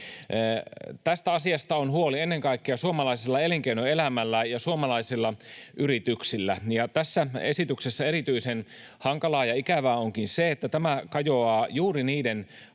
Tästä asiasta on huoli ennen kaikkea suomalaisella elinkeinoelämällä ja suomalaisilla yrityksillä. Tässä esityksessä erityisen hankalaa ja ikävää onkin se, että tämä kajoaa juuri niiden